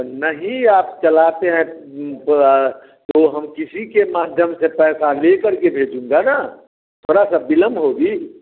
नहीं आप चलाते हैं तो तो हम किसी के माध्यम से पैसा ले कर के भेजूँगा ना थोड़ा सा विलंब होगा